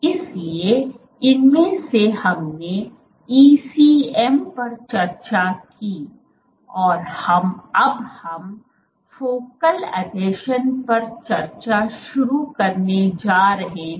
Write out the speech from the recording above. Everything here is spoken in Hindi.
इसलिए इनमें से हमने ईसीएम पर चर्चा की और अब हम फोकल अधीक्षण पर चर्चा शुरू करने जा रहे हैं